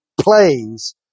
plays